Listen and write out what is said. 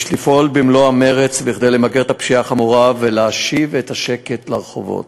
יש לפעול במלוא המרץ כדי למגר את הפשיעה החמורה ולהשיב את השקט לרחובות.